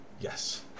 Yes